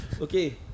Okay